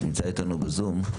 נמצא איתנו בזום,